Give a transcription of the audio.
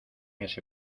ese